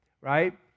Right